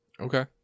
Okay